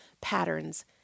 patterns